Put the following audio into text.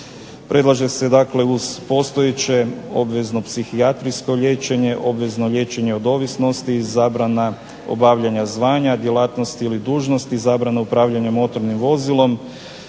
Predlaže se dakle uz postojeće obvezno psihijatrijsko liječenje, liječenje od ovisnosti, zabrana obavljanja zvanja, djelatnosti ili dužnosti, zabrana upravljanja motornim vozilom,